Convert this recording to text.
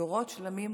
דורות שלמים פה,